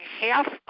half